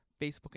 Facebook